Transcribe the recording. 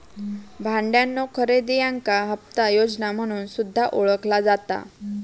भाड्यानो खरेदी याका हप्ता योजना म्हणून सुद्धा ओळखला जाता